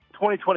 2020